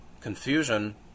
confusion